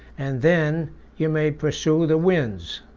and then you may pursue the winds.